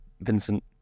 Vincent